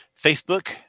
Facebook